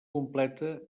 completa